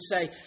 say